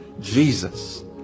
Jesus